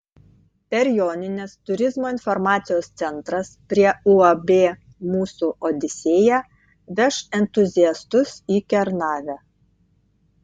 per jonines turizmo informacijos centras prie uab mūsų odisėja veš entuziastus į kernavę